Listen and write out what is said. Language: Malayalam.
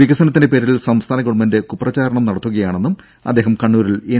വികസനത്തിന്റെ പേരിൽ സംസ്ഥാന ഗവൺമെന്റ് കുപ്രചാരണം നടത്തുകയാണെന്നും അദ്ദേഹം കണ്ണൂരിൽ എൻ